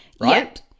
Right